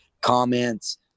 comments